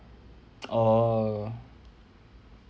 oh